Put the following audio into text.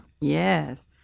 Yes